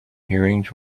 hearings